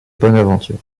bonaventure